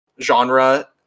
genre